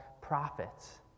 prophets